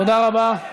תודה רבה,